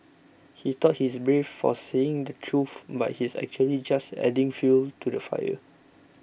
he thought he's brave for saying the truth but he's actually just adding fuel to the fire